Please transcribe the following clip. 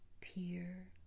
peer